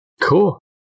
Cool